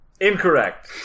Incorrect